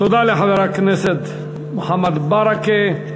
תודה לחבר הכנסת מוחמד ברכה.